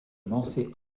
lancer